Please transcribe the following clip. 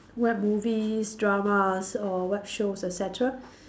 web movies dramas or web shows et cetera